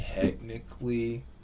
technically